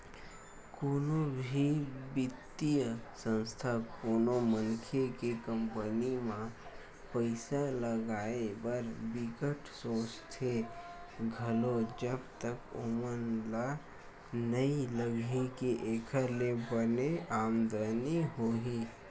कोनो भी बित्तीय संस्था कोनो मनखे के कंपनी म पइसा लगाए बर बिकट सोचथे घलो जब तक ओमन ल नइ लगही के एखर ले बने आमदानी होही